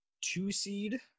two-seed